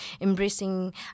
embracing